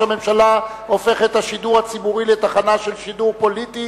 הממשלה הופך את השידור הציבורי לתחנה של שידור פוליטי